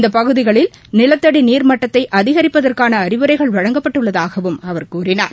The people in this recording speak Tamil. இந்த பகுதிகளில் நிலத்தடி நீர் மட்டத்தை அதிகரிப்பதற்கான அறிவுரைகள் வழங்கப்பட்டுள்ளதாகவும் அவர் கூறினார்